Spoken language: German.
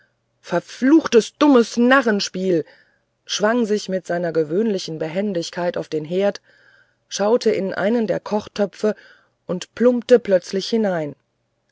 verfluchtes dummes narrenspiel schwang sich mit seiner gewöhnlichen behendigkeit auf den herd schaute in einen der kochtöpfe und plumpte plötzlich hinein